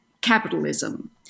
capitalism